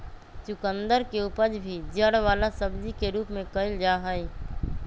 चुकंदर के उपज भी जड़ वाला सब्जी के रूप में कइल जाहई